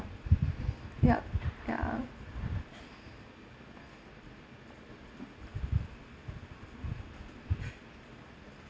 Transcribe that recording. yup ya